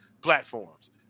platforms